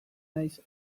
naiz